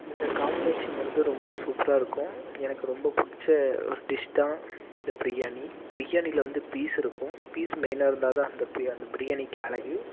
இந்த காமினேஷன் வந்து ரொம்ப சூப்பராக இருக்கும் எனக்கு ரொம்ப பிடிச்ச டிஷ் தான் இந்த பிரியாணி பிரியாணியில் வந்து பீஸ் இருக்கும் பீஸ் மெய்னாக இருந்தால்தான் அந்த அந்த பிரியாணிக்கு அழகு